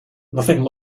nothing